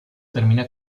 termina